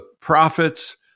prophets